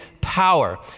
power